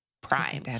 prime